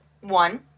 one